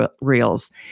reels